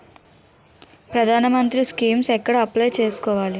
ప్రధాన మంత్రి స్కీమ్స్ ఎక్కడ అప్లయ్ చేసుకోవాలి?